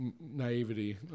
naivety